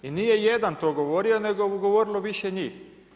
I nije jedan to govorio nego je govorilo više njih.